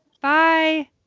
Bye